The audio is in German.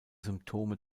symptome